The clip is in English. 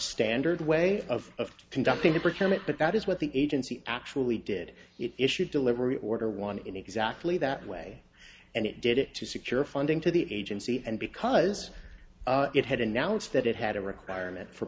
standard way of conducting the particulate but that is what the agency actually did issue delivery order one in exactly that way and it did it to secure funding to the agency and because it had announced that it had a requirement for